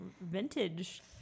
vintage